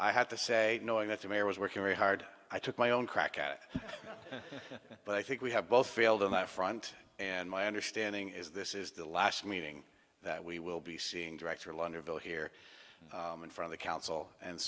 i have to say knowing that the mayor was working very hard i took my own crack at it but i think we have both failed on that front and my understanding is this is the last meeting that we will be seeing director longer bill here from the council and